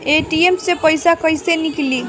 ATM से पइसा कइसे निकली?